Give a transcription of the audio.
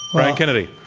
brian kennedy.